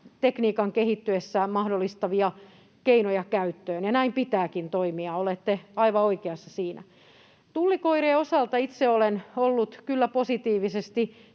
tekniikan kehittyessä mahdollistuvia keinoja käyttöön — ja näin pitääkin toimia, olette aivan oikeassa siinä. Tullikoirien osalta itse olen ollut kyllä positiivisesti